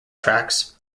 tracks